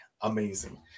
amazing